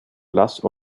blass